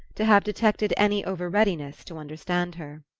to have detected any over-readiness to understand her.